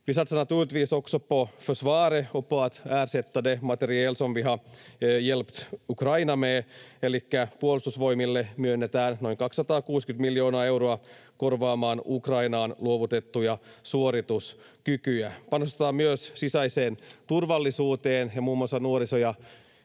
Vi satsar naturligtvis också på försvaret och på att ersätta det materiel som vi har hjälpt Ukraina med. Elikkä Puolustusvoimille myönnetään noin 260 miljoonaa euroa korvaamaan Ukrainaan luovutettuja suorituskykyjä. Panostetaan myös sisäiseen turvallisuuteen ja muun muassa nuoriso-